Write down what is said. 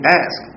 ask